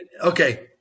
okay